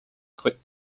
quick